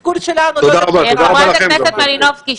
התסכול שלנו --- חברת הכנסת מלינובסקי,